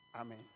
Amen